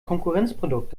konkurrenzprodukt